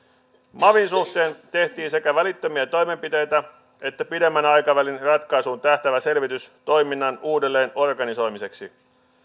mavin suhteen tehtiin sekä välittömiä toimenpiteitä että pidemmän aikavälin ratkaisuun tähtäävä selvitys toiminnan uudelleen organisoimiseksi